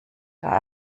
gar